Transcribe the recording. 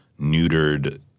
neutered –